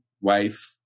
wife